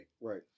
Right